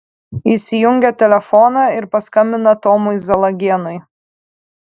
įsijungia telefoną ir paskambina tomui zalagėnui